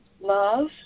Love